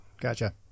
Gotcha